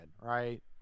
Right